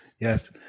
Yes